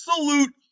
absolute